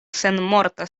senmorta